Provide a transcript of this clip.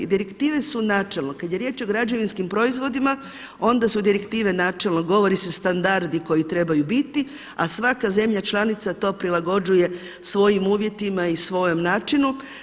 Direktive su načelno kada je riječ o građevinskim proizvodima onda su direktive načelno govori ste standardi koji trebaju biti, a svaka zemlja članica to prilagođuje svojim uvjetima i svojem načinu.